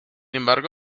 embargo